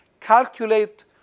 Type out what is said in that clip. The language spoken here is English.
calculate